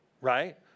Right